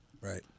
Right